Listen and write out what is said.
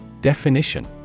Definition